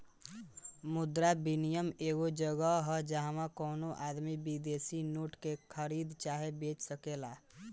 मुद्रा विनियम एगो जगह ह जाहवा कवनो आदमी विदेशी नोट के खरीद चाहे बेच सकेलेन